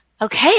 Okay